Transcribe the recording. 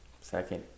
Second